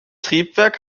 triebwerk